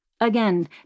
Again